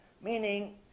meaning